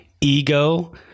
ego